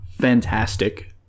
fantastic